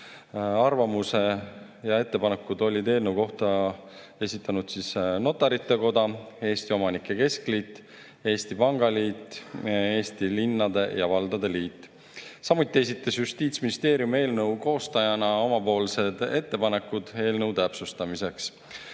Arvamuse ja ettepanekud olid eelnõu kohta esitanud Notarite Koda, Eesti Omanike Keskliit, Eesti Pangaliit ning Eesti Linnade ja Valdade Liit. Samuti esitas Justiitsministeerium eelnõu koostajana oma ettepanekud eelnõu täpsustamiseks.